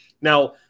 Now